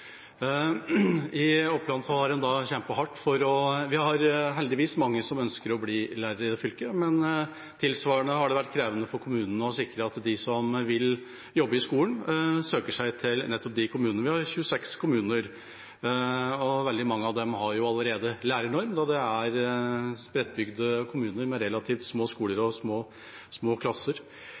I Oppland har en kjempet hardt – vi har heldigvis mange som ønsker å bli lærere i fylket, men tilsvarende har det vært krevende for kommunene å sikre at de som vil jobbe i skolen, søker seg til nettopp de kommunene. Vi har 26 kommuner, og veldig mange av dem har allerede lærernorm, og det er spredtbygde kommuner med relativt små skoler og små klasser.